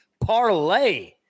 parlay